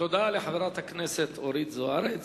תודה לחברת הכנסת אורית זוארץ.